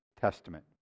Testament